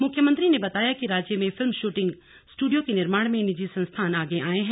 मुख्यमंत्री ने कहा कि राज्य में फिल्म शूटिंग स्टूडियो के निर्माण में निजी संस्थान आगे आये हैं